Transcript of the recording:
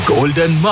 Golden